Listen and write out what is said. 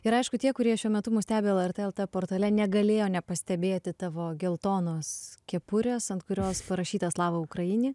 ir aišku tie kurie šiuo metu mus stebi lrt lt portale negalėjo nepastebėti tavo geltonos kepurės ant kurios parašyta slava ukraini